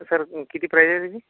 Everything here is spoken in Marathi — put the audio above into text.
सर किती प्राइजय त्याची